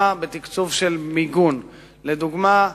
לדוגמה,